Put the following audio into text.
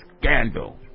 scandal